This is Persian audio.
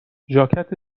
ژاکت